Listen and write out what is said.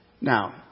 Now